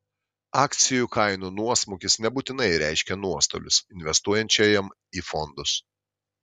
akcijų kainų nuosmukis nebūtinai reiškia nuostolius investuojančiajam į fondus